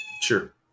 sure